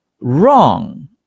Wrong